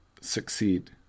succeed